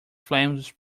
flames